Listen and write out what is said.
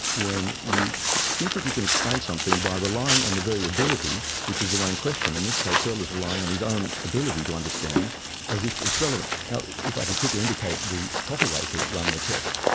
when you think that you can explain something by relying on the very ability, which is the one in question. in this case, searle is relying on his own ability to understand as if it's relevant. now, if i could quickly indicate the proper way to run the test.